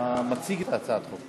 השר ישראל כץ, אתה מציג את הצעת החוק.